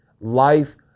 Life